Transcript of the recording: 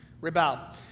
rebel